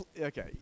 Okay